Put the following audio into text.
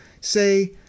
say